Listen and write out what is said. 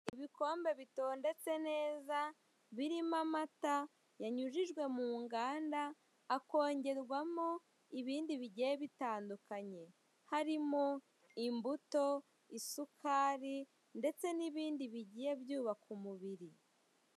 Ibikombe bitondetse neza, birimo amata yanyujijwe mu nganda, akongerwamo ibindi bigiye bitandukanye. Harimo imbuto, isukari, ndetse n'ibindi bigiye byukaba umubiri.